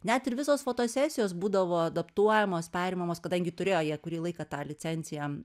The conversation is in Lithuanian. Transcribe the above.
net ir visos fotosesijos būdavo adaptuojamos perimamos kadangi turėjo jie kurį laiką tą licenciją